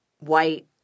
White